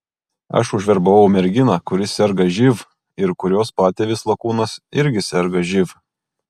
aš užverbavau merginą kuri serga živ ir kurios patėvis lakūnas irgi serga živ